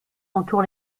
entoure